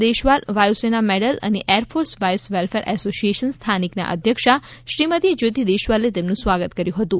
દેશવાલ વાયુ સેના મેડલ અને air force wives welfare association સ્થાનિકના અધ્યક્ષા શ્રીમતી જ્યોતિ દેશવાલે તેમનું સ્વાગત કર્યું હતું